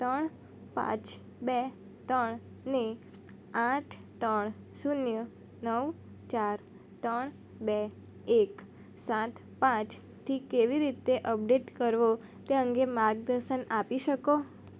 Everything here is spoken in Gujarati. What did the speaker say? ત્રણ પાંચ બે ત્રણ ને આઠ ત્રણ શૂન્ય નવ ચાર ત્રણ બે એક સાત પાંચ થી કેવી રીતે અપડેટ કરવો તે અંગે માર્ગદર્શન આપી શકો